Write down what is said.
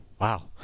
Wow